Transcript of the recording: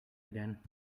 again